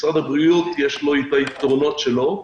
משרד הבריאות יש לו את היתרונות שלו,